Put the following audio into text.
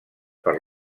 per